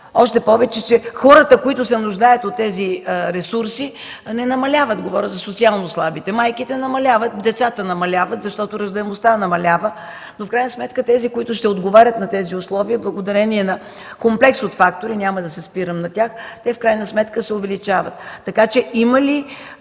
Още повече, че хората, които се нуждаят от тези ресурси, не намаляват – говоря за социално слабите. Майките намаляват, децата намаляват, защото раждаемостта намалява, но в крайна сметка тези, които ще отговарят на тези условия, благодарение на комплекс от фактори – няма да се спирам на тях, се увеличават. Има ли